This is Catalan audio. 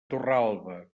torralba